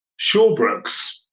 Shawbrooks